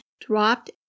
dropped